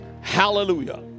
Hallelujah